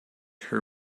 her